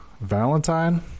Valentine